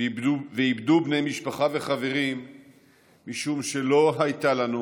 ואיבדו בני משפחה וחברים משום שלא הייתה לנו